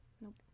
Nope